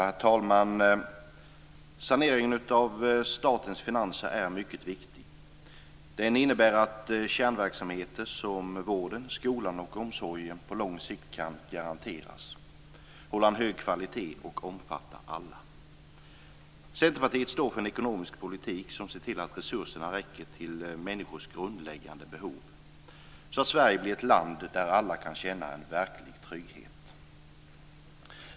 Herr talman! Saneringen av statens finanser är mycket viktig. Den innebär att kärnverksamheter som vård, skola och omsorg på lång sikt kan garanteras, hålla en hög kvalitet och omfatta alla. Centerpartiet står för en ekonomisk politik som ser till att resurserna räcker till människors grundläggande behov, så att Sverige blir ett land där alla kan känna en verklig trygghet.